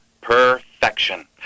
Perfection